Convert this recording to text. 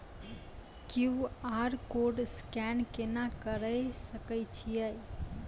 QR code scan केना करै सकय छियै?